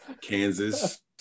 Kansas